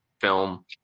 film